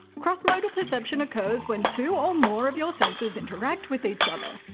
crossmodal perception occurs when two or more of your senses interact with each other.